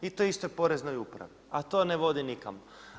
I toj istoj poreznoj upravi a to ne vodi nikamo.